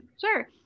Sure